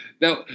Now